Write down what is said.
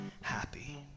happy